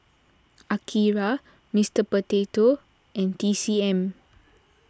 Akira Mister Potato and T C M